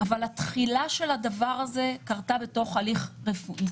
אבל התחילה של הדבר הזה קרתה בתוך הליך רפואי,